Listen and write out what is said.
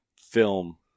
film